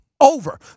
Over